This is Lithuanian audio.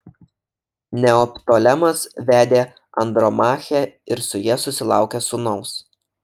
neoptolemas vedė andromachę ir su ja susilaukė sūnaus